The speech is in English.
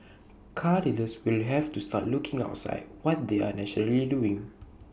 car dealers will have to start looking outside what they are naturally doing